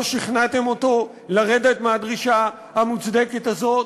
לא שכנעתם אותו לרדת מהדרישה המוצדקת הזאת.